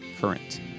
current